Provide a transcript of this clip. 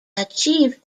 achieved